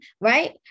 right